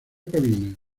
cabina